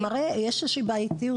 זה מראה שיש איזושהי בעייתיות,